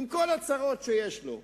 עם כל הצרות שיש לו,